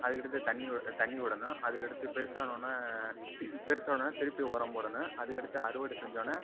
அதுக்கடுத்து தண்ணி தண்ணி விடணும் அதுக்கடுத்து பெருசானவுன்னே பெருசானவுன்னே திருப்பி உரம் போடணும் அதுக்கடுத்து அறுவடை செஞ்சவுன்னே